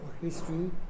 history